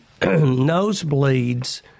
Nosebleeds